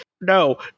no